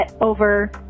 over